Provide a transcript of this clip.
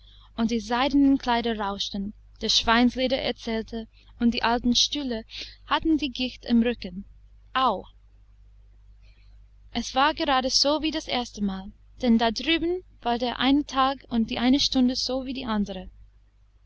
und die seidenen kleider rauschten das schweinsleder erzählte und die alten stühle hatten die gicht im rücken au es war gerade so wie das erste mal denn da drüben war der eine tag und die eine stunde so wie die andere